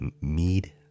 Mead